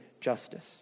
justice